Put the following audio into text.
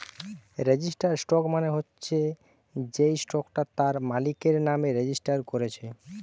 registered stock মানে হচ্ছে যেই স্টকটা তার মালিকের নামে রেজিস্টার কোরছে